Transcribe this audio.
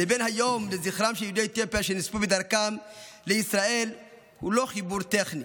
לבין היום לזכרם של יהודי אתיופיה שנספו בדרכם לישראל הוא לא חיבור טכני